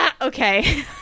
Okay